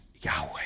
Yahweh